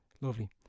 lovely